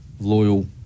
loyal